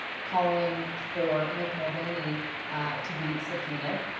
calling for mick mulvaney to be subpoenaed.